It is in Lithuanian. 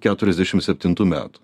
keturiasdešim septintų metų